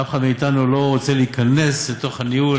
אף אחד מאתנו לא רוצה להיכנס לתוך הניהול